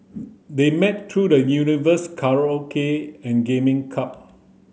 they met through the universe karaoke and gaming club